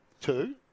Two